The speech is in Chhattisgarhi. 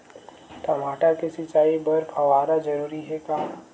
टमाटर के सिंचाई बर फव्वारा जरूरी हे का?